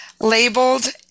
labeled